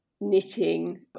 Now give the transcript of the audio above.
knitting